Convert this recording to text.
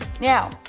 Now